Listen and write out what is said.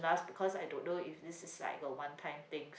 last because I don't know if this is like a one time thing